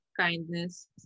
kindness